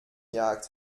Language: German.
jagd